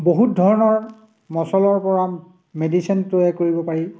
বহুত ধৰণৰ মচলাৰ পৰা মেডিচিন তৈয়াৰ কৰিব পাৰি